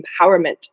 empowerment